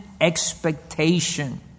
expectation